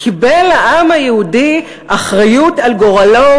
קיבל העם היהודי אחריות לגורלו,